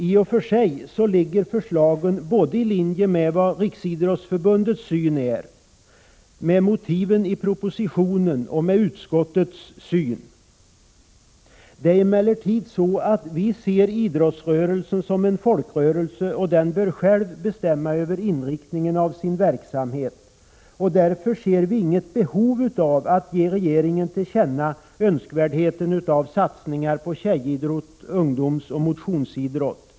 I och för sig ligger förslagen i linje med såväl Riksidrottsförbundets syn som motiven i propositionen och utskottets synsätt. Vi ser emellerid idrottsrörelsen som en folkrörelse, och den bör själv bestämma över inriktningen av sin verksamhet. Utskottsmajoriteten ser inget skäl att ge regeringen till känna önskvärdheten av satsningar på tjejidrott, ungdomsoch motionsidrott.